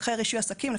מפקחי רישוי עסקים.)